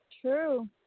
True